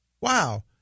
Wow